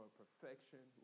perfection